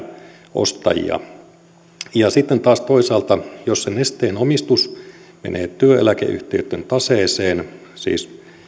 ostajia sitten taas toisaalta jos se nesteen omistus menee työeläkeyhtiöitten taseeseen siis